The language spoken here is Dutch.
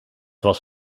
was